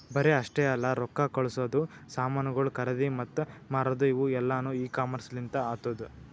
ಬರೇ ಅಷ್ಟೆ ಅಲ್ಲಾ ರೊಕ್ಕಾ ಕಳಸದು, ಸಾಮನುಗೊಳ್ ಖರದಿ ಮತ್ತ ಮಾರದು ಇವು ಎಲ್ಲಾನು ಇ ಕಾಮರ್ಸ್ ಲಿಂತ್ ಆತ್ತುದ